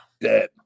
Dead